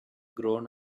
grown